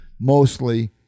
mostly